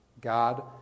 God